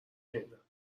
شنیدم